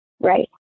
Right